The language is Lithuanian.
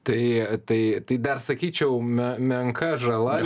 tai tai dar sakyčiau me menka žala